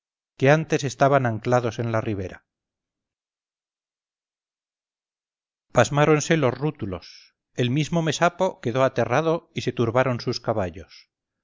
que antes estaban anclados en la ribera pasmáronse los rútulos el mismo mesapo quedó aterrado y se turbaron sus caballos